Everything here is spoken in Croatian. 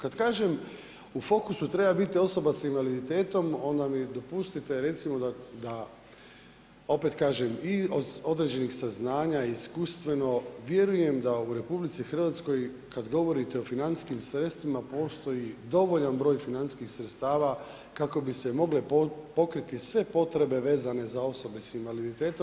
Kad kažem u fokusu treba biti osoba s invaliditetom, onda mi dopustite recimo, da opet kažem i određenih saznanja i iskustveno, vjerujem da u RH kad govorite o financijskih sredstvima, postoji dovoljan broj financijskih sredstava kako bi se mogle pokriti sve potrebe vezane za osobe s invaliditetom.